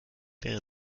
wäre